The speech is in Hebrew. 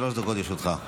שלוש דקות לרשותך.